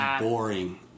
boring